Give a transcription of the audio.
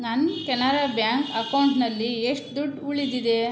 ನನ್ನ ಕೆನರಾ ಬ್ಯಾಂಕ್ ಅಕೌಂಟನಲ್ಲಿ ಎಷ್ಟು ದುಡ್ಡು ಉಳಿದಿದೆ